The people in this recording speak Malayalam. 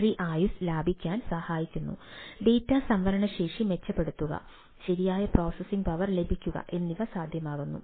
ബാറ്ററി ആയുസ്സ് ലാഭിക്കാൻ സഹായിക്കുക ഡാറ്റ സംഭരണ ശേഷി മെച്ചപ്പെടുത്തുക ശരിയായ പ്രോസസ്സിംഗ് പവർ ലഭിക്കുക എന്നിവ സാധ്യമാകുന്നു